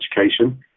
education